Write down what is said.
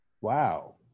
Wow